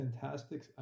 fantastic